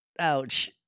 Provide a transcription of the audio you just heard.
Ouch